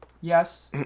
Yes